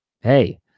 hey